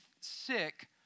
sick